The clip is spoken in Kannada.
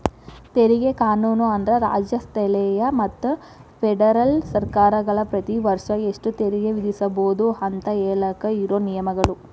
ತೆರಿಗೆ ಕಾನೂನು ಅಂದ್ರ ರಾಜ್ಯ ಸ್ಥಳೇಯ ಮತ್ತ ಫೆಡರಲ್ ಸರ್ಕಾರಗಳ ಪ್ರತಿ ವರ್ಷ ಎಷ್ಟ ತೆರಿಗೆ ವಿಧಿಸಬೋದು ಅಂತ ಹೇಳಾಕ ಇರೋ ನಿಯಮಗಳ